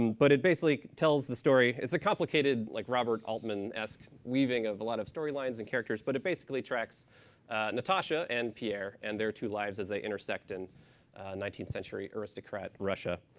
um but it basically tells the story it's a complicated like robert altman-esque weaving of a lot of story lines and characters. but it basically tracks natasha and pierre and their two lives as they intersect in nineteenth century aristocrat russia.